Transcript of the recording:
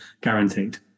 guaranteed